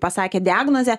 pasakė diagnozę